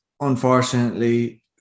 unfortunately